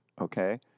Okay